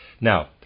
Now